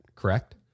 correct